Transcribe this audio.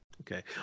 Okay